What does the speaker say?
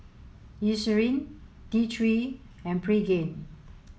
Eucerin T three and Pregain